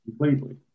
completely